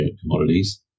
commodities